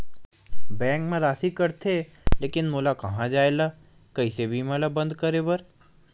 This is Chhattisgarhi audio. बैंक मा राशि कटथे लेकिन मोला कहां जाय ला कइसे बीमा ला बंद करे बार?